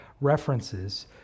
references